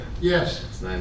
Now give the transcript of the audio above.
Yes